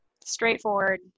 Straightforward